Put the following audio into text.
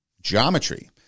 Geometry